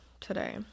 today